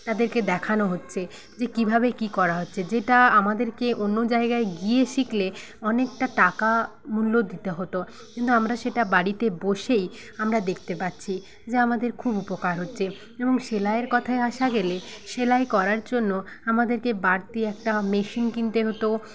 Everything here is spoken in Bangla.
তাদেরকে দেখানো হচ্ছে যে কীভাবে কি করা হচ্ছে যেটা আমাদেরকে অন্য জায়গায় গিয়ে শিখলে অনেকটা টাকা মূল্য দিতে হতো কিন্তু আমরা সেটা বাড়িতে বসেই আমরা দেখতে পাচ্ছি যে আমাদের খুব উপকার হচ্ছে এবং সেলাইয়ের কথায় আসা গেলে সেলাই করার জন্য আমাদেরকে বাড়তি একটা মেশিন কিনতে হতো